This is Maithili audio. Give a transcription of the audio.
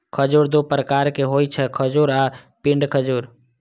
खजूर दू प्रकारक होइ छै, खजूर आ पिंड खजूर